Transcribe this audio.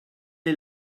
est